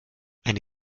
eine